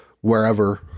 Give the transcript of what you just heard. wherever